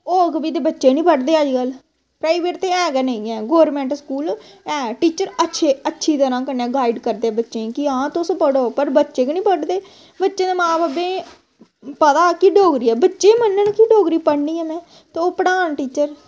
होग बी ते बच्चे नेईं पढ़दे अजकल्ल प्राइवेट ते है गै नेईं ऐ गौरमैंट ऐ टीचर अच्छे अच्छी तरह कन्नै गाइड करदे बच्चें गी कि हां तुस पढ़ो पर बच्चे गै निं पढ़दे बच्चें दे मां बब्बें पता कि डोगरी ऐ बच्चे गै मनन कि डोगरी पढ़नी ऐ में ते ओह् पढ़ान टीचर